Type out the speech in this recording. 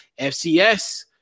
FCS